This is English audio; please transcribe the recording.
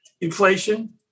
Inflation